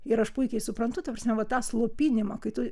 ir aš puikiai suprantu ta prasme va tą slopinimą kai tu